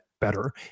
better